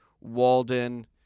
Walden